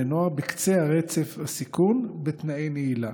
נוער בקצה רצף הסיכון בתנאי נעילה.